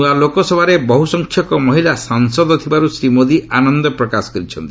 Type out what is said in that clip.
ନୂଆ ଲୋକସଭାରେ ବହୁ ସଂଖ୍ୟକ ମହିଳା ସାଂସଦ ଥିବାରୁ ଶ୍ରୀ ମୋଦି ଆନନ୍ଦ ପ୍ରକାଶ କରିଛନ୍ତି